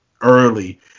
early